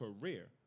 career